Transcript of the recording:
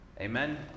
Amen